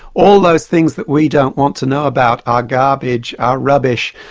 all those things that we don't want to know about our garbage, our rubbish,